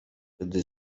gdy